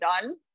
done